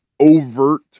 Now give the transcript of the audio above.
overt